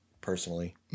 Personally